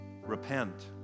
Repent